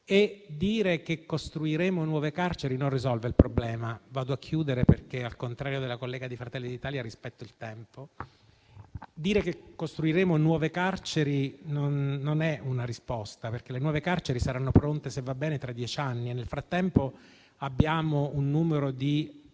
Dire che costruiremo nuove carceri non risolve il problema. Vado a chiudere perché, al contrario della collega di Fratelli d'Italia, rispetto il tempo. Dire che costruiremo nuove carceri non è una risposta, perché le nuove carceri saranno pronte, se va bene, tra dieci anni. Nel frattempo, abbiamo un numero di